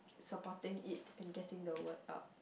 supporting it and getting the word out